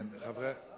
זה לא טלב אלסאנע.